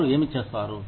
వారు ఏమి చేస్తారు